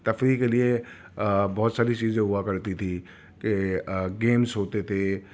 تفریح کے لئے بہت ساری چیزیں ہوا کرتی تھی کہ گیمز ہوتے تھے